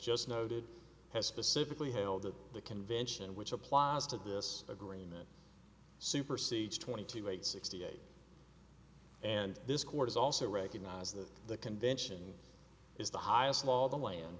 just noted has specifically held that the convention which applies to this agreement supersedes twenty eight sixty eight and this court is also recognize that the convention is the highest law of the land